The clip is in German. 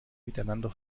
miteinander